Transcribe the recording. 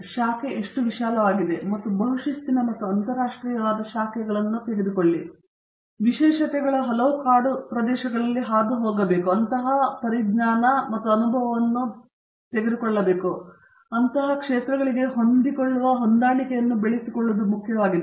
ಶಾಖೆ ಎಷ್ಟು ವಿಶಾಲವಾಗಿದೆ ಮತ್ತು ಬಹುಶಿಸ್ತಿನ ಮತ್ತು ಅಂತಾರಾಷ್ಟ್ರೀಯವಾಗಿರುವುದರಿಂದ ವಿಶೇಷತೆಗಳ ಹಲವು ಕಾಡು ಪ್ರದೇಶಗಳಲ್ಲಿ ಅವರು ಹೋಗಬಹುದಾದ ಮತ್ತು ಹೊಂದಿಕೊಳ್ಳುವಂತಹ ಹೊಂದಾಣಿಕೆಯು ಮುಖ್ಯವಾಗಿದೆ ಎಂದು ನಾನು ಭಾವಿಸುತ್ತೇನೆ